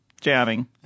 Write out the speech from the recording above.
jamming